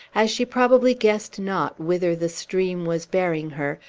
as she probably guessed not whither the stream was bearing her,